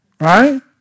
Right